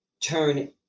turn